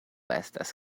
estas